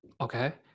Okay